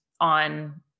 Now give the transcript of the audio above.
on